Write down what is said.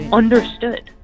understood